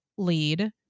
lead